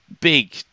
big